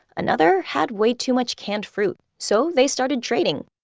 another had way too much canned fruit, so they started trading.